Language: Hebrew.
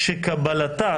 שקבלתה